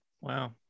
Wow